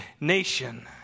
nation